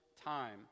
time